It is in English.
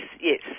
yes